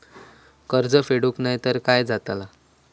कर्ज फेडूक नाय तर काय जाताला?